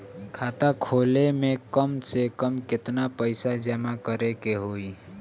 खाता खोले में कम से कम केतना पइसा जमा करे के होई?